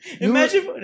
Imagine